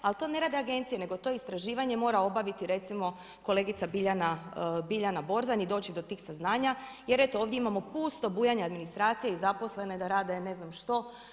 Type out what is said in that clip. Ali to ne rade agencije nego to istraživanje mora obaviti recimo kolegica Biljana Borzan i doći do tih saznanja jer eto ovdje imamo pusto bujanje administracije i zaposlene da rade ne znam što.